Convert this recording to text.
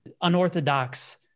Unorthodox